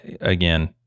again